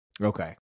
okay